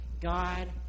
God